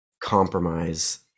compromise